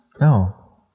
No